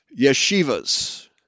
yeshivas